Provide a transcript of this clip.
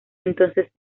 entonces